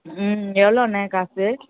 ம் ம் எவ்வளோண்ணே காசு